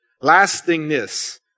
lastingness